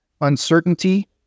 uncertainty